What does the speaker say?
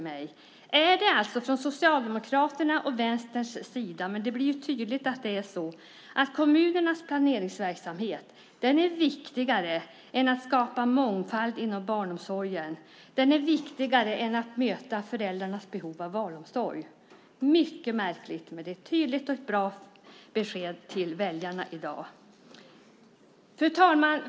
Det är tydligt att Socialdemokraterna och Vänstern tycker att kommunernas planeringsverksamhet är viktigare än att skapa mångfald inom barnomsorgen. Den är viktigare än att möta föräldrarnas behov av barnomsorg. Det är mycket märkligt, men det är ett tydligt och bra besked till väljarna i dag. För talman!